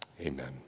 Amen